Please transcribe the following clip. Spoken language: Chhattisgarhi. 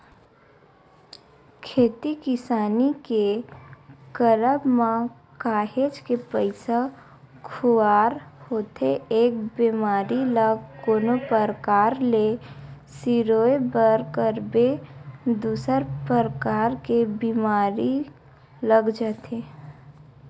खेती किसानी के करब म काहेच के पइसा खुवार होथे एक बेमारी ल कोनो परकार ले सिरोय बर करबे दूसर परकार के बीमारी लग जाथे